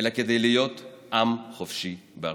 אלא כדי להיות עם חופשי בארצו.